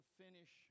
finish